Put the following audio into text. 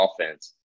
offense